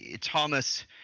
Thomas